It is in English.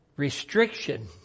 Restriction